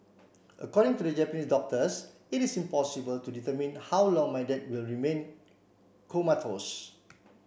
according to the Japanese doctors it is impossible to determine how long my dad will remain comatose